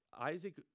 Isaac